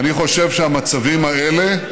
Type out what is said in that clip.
אני חושב שהמצבים האלה,